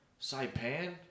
Saipan